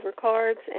cards